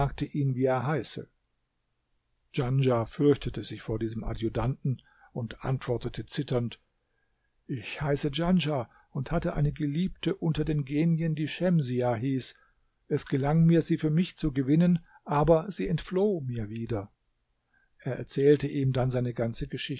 wie er heiße djanschah fürchtete sich vor diesem adjutanten und antwortete zitternd ich heiße djanschah und hatte eine geliebte unter den genien die schemsiah hieß es gelang mir sie für mich zu gewinnen aber sie entfloh mir wieder er erzählte ihm dann seine ganze